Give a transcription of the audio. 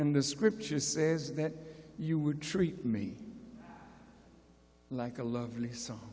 and the scripture says that you would treat me like a lovely so